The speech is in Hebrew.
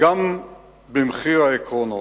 גם במחיר העקרונות,